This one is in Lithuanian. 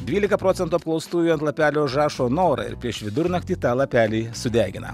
dvylika procentų apklaustųjų ant lapelio užrašo norą ir prieš vidurnaktį tą lapelį sudegina